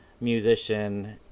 musician